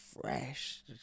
fresh